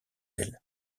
elle